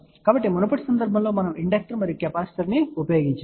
కాబట్టి మునుపటి సందర్భంలో మనం ఇండక్టర్ మరియు కెపాసిటర్ను ఉపయోగించవచ్చని చూశాము